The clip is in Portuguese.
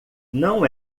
não